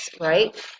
right